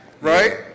right